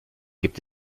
gibt